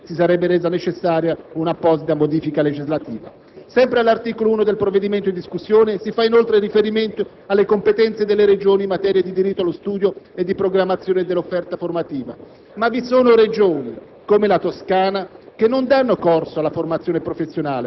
tanto più che, per realizzare la suddetta variazione, si sarebbe resa necessaria una apposita modifica legislativa. Sempre all'articolo 1 del provvedimento in discussione si fa inoltre riferimento alle competenze delle Regioni in materia di diritto allo studio e di programmazione dell'offerta formativa. Ma vi sono Regioni, come la Toscana,